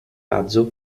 razzo